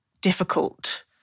difficult